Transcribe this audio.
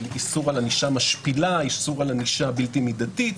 איסור על ענישה משפילה, בלתי מידתית.